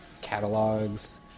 catalogs